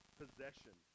possession